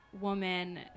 woman